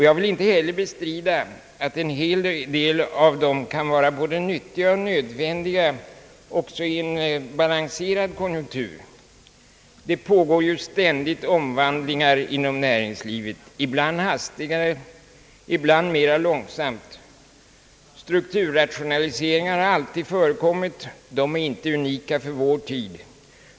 Jag vill inte heller bestrida att en hel del av dem kan vara både nyttiga och nödvändiga också i en balanserad konjunktur. Det pågår ju ständigt omvandlingar inom näringslivet, ibland hastigare, ibland mera långsamt. Strukturrationaliseringar har alltid förekommit, de är inte unika för vår tid.